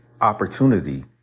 opportunity